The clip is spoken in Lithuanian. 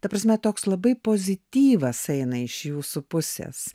ta prasme toks labai pozityvas eina iš jūsų pusės